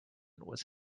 was